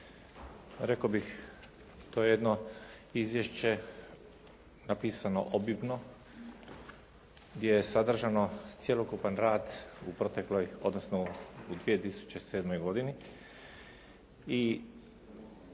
Rekao bih to je jedno izvješće napisano obimno gdje je sadržan cjelokupan rad u protekloj odnosno u 2007. godini